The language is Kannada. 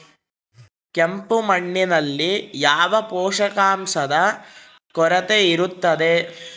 ಕೆಂಪು ಮಣ್ಣಿನಲ್ಲಿ ಯಾವ ಪೋಷಕಾಂಶದ ಕೊರತೆ ಇರುತ್ತದೆ?